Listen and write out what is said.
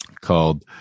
called